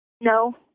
No